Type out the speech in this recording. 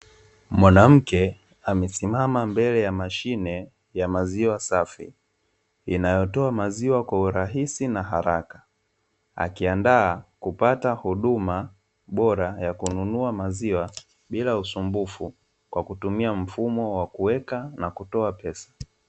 Mwanamke amesimama mbele ya mashine ya maziwa safi, inayotoa maziwa kwa urahisi na haraka, akiandaa kupata huduma bora ya kununua maziwa bila usumbufu, kwa kutumia mfumo wa kuweka na kutoa pesa.